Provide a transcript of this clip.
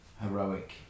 heroic